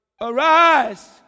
arise